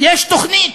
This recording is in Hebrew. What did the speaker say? יש תוכנית,